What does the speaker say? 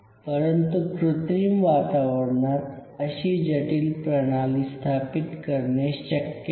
परंतु कृत्रिम वातावरणात अशी जटिल प्रणाली स्थापित करणे शक्य नाही